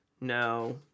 No